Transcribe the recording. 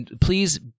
please